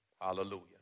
Hallelujah